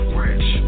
rich